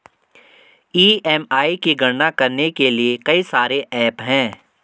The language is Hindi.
ई.एम.आई की गणना करने के लिए कई सारे एप्प हैं